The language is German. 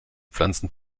pflanzen